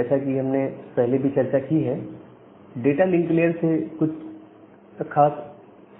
जैसा कि हमने पहले भी चर्चा की है डाटा लिंक लेयर से या कुछ